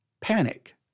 Panic